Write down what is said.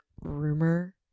rumor